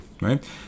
right